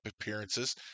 appearances